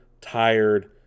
tired